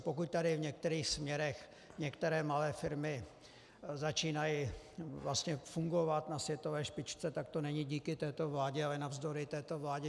Pokud tady v některých směrech některé malé firmy začínají vlastně fungovat na světové špičce, tak to není díky této vládě, ale navzdory této vládě.